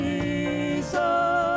Jesus